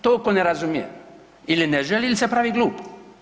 To tko ne razumije ili ne želi ili se pravi glup.